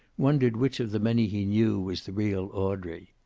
wondered which of the many he knew was the real audrey.